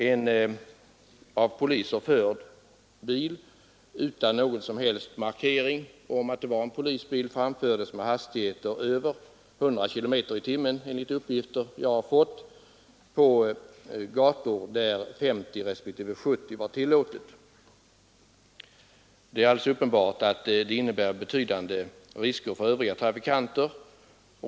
En av polis förd bil utan någon som helst markering om att det var en polisbil framfördes med hastigheter över 100 km/tim, enligt uppgifter som jag fått, på gator där 50 respektive 70 km var tillåtet. Det innebär uppenbart betydande risker för övriga trafikanter.